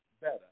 better